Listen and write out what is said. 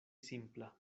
simpla